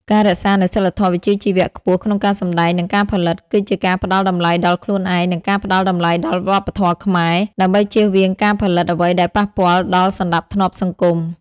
ការរក្សានូវសីលធម៌វិជ្ជាជីវៈខ្ពស់ក្នុងការសម្ដែង និងការផលិត គឺជាការផ្ដល់តម្លៃដល់ខ្លួនឯង និងការផ្ដល់តម្លៃដល់វប្បធម៌ខ្មែរ ដើម្បីចៀសវាងការផលិតអ្វីដែលប៉ះពាល់ដល់សណ្ដាប់ធ្នាប់សង្គម។